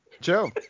Joe